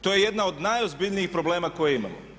To je jedan o najozbiljnijih problema koje imamo.